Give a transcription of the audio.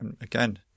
Again